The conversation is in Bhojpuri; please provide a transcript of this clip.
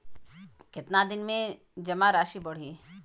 कितना दिन में जमा राशि बढ़ी?